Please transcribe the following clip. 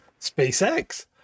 SpaceX